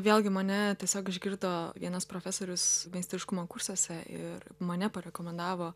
vėlgi mane tiesiog išgirdo vienas profesorius meistriškumo kursuose ir mane parekomendavo